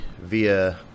via